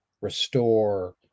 restore